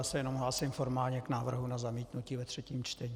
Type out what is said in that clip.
Já se jenom hlásím formálně k návrhu na zamítnutí ve třetím čtení.